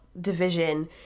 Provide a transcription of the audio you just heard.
Division